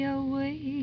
away